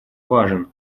важен